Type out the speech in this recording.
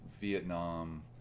Vietnam